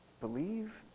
believe